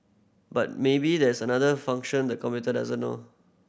but maybe there's another function the computer doesn't know